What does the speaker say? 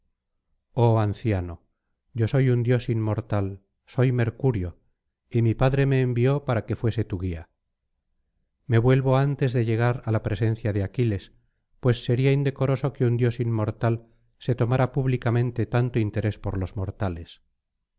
oh anciano yo soy un dios inmortal soy mercurio y mi padre me envió para que fuese tu guía me vuelvo antes de llegar á la presencia de aquiles pues sería indecoroso que un dios inmortal se tomara públicamente tanto interés por los mortales